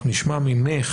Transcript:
אנחנו נשמע ממך,